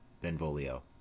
Benvolio